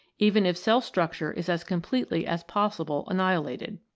even if cell-structure is as com pletely as possible annihilated.